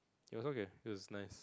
it is okay it is nice